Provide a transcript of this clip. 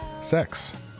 sex